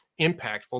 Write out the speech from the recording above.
impactful